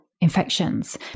infections